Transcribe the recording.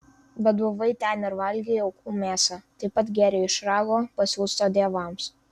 bet buvai ten ir valgei aukų mėsą taip pat gėrei iš rago pasiųsto dievams